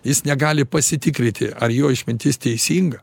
jis negali pasitikryti ar jo išmintis teisinga